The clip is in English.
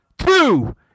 Two